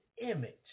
image